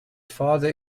father